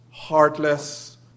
heartless